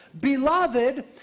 beloved